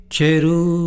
Cheru